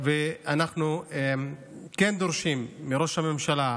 ואנחנו כן דורשים מראש הממשלה,